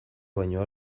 baino